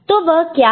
तो वह क्या है